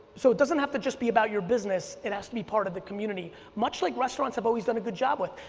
so it doesn't have to just be about your business, it has to be part of the community, much like restaurants have always done a good job with,